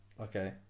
Okay